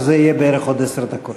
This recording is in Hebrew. וזה יהיה בערך בעוד עשר דקות.